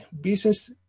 business